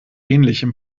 ähnlichem